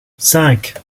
cinq